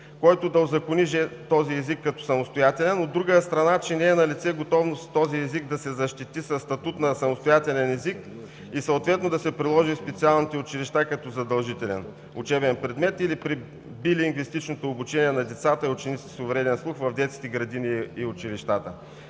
който да утвърди този език като самостоятелен, а от друга страна, че не е налице готовност този език да се защити със статут на самостоятелен език и съответно да се приложи в специалните училища като задължителен учебен предмет или при билингвистичното обучение на децата и учениците с увреден слух в детските градини и училищата.